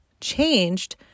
Changed